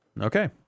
Okay